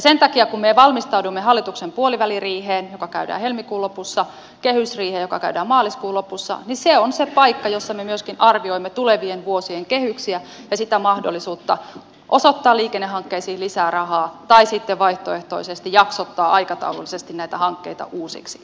sen takia kun me valmistaudumme hallituksen puoliväliriiheen joka käydään helmikuun lopussa kehysriiheen joka käydään maaliskuun lopussa se on se paikka jossa me myöskin arvioimme tulevien vuosien kehyksiä ja sitä mahdollisuutta osoittaa liikennehankkeisiin lisää rahaa tai sitten vaihtoehtoisesti jaksottaa aikataulullisesti näitä hankkeita uusiksi